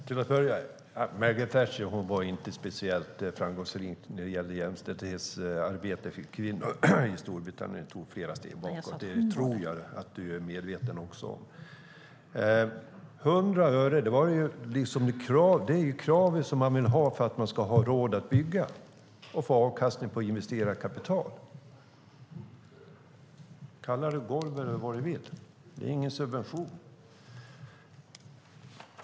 Herr talman! Margaret Thatcher var inte speciellt framgångsrik när det gällde jämställdhetsarbete för kvinnor i Storbritannien. Man tog flera steg bakåt. Det tror jag att du också är medveten om. 100 öre är kravet. Det handlar om att man ska ha råd att bygga och få avkastning på investerat kapital. Kalla det golv eller vad du vill! Det är ingen subvention.